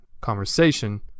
conversation